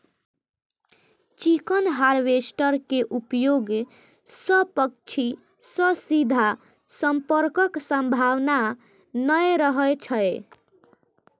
chicken harvester के उपयोग सं पक्षी सं सीधा संपर्कक संभावना नै रहै छै